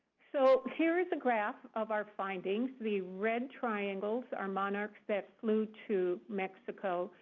so here is a graph of our findings. the red triangles are monarchs that flew to mexico.